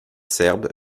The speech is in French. serbe